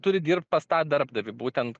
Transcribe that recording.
turi dirbt pas tą darbdavį būtent